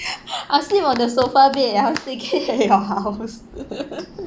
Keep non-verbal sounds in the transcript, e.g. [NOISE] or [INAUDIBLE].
[LAUGHS] I'll sleep on the sofa bed I will staycay at your house [LAUGHS]